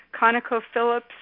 ConocoPhillips